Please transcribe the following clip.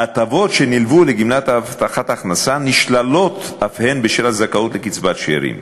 ההטבות שנלוו לגמלת הבטחת ההכנסה נשללות אף הן בשל הזכאות לקצבת שאירים.